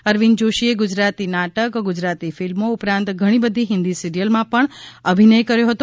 અરવિંદ જોશીએ ગુજરાતી નાટક ગુજરાતી ફિલ્મો ઉપરાંતઘણી બધી હિન્દી સીરીયલમાં પણ અભિનયકર્યો હતો